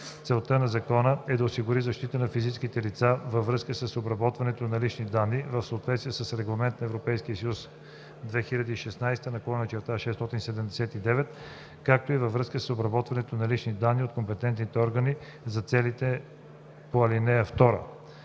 Целта на закона е да осигури защита на физическите лица във връзка с обработването на лични данни в съответствие с Регламент (ЕС) 2016/679, както и във връзка с обработването на лични данни от компетентните органи за целите по ал. 2.